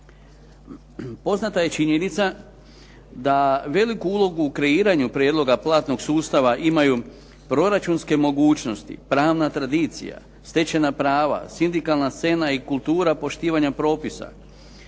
Poznata je činjenica da veliku ulogu u kreiranju prijedloga platnog sustava imaju proračunske mogućnosti, pravna tradicija, stečena prava, sindikalna scena i kultura poštivanja propisa,